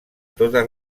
totes